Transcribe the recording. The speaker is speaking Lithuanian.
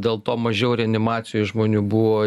dėl to mažiau reanimacijoj žmonių buvo